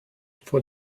for